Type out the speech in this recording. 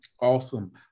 Awesome